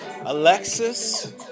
Alexis